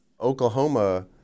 Oklahoma